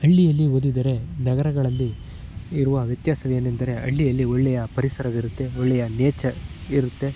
ಹಳ್ಳಿಯಲ್ಲಿ ಓದಿದರೆ ನಗರಗಳಲ್ಲಿ ಇರುವ ವ್ಯತ್ಯಾಸವೇನೆಂದರೆ ಹಳ್ಳಿಯಲ್ಲಿ ಒಳ್ಳೆಯ ಪರಿಸರವಿರತ್ತೆ ಒಳ್ಳೆಯ ನೇಚರ್ ಇರುತ್ತೆ